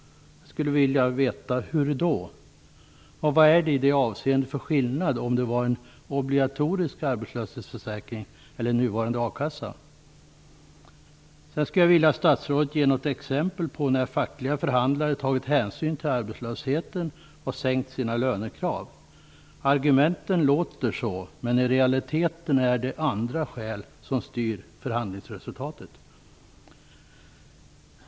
Hur då? Vad är det i det avseendet för skillnad mellan en obligatorisk arbetslöshetsförsäkring och nuvarande a-kassa? Jag skulle vilja att statsrådet ger ett exempel på att fackliga förhandlare tagit hänsyn till arbetslösheten och sänkt sina lönekrav. Argumenten låter så, men i realiteten är det andra skäl som styr förhandlingsresultatet.